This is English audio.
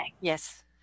Yes